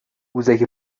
قوزک